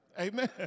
Amen